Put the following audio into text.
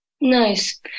Nice